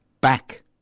back